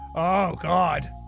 oh, god.